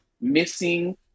missing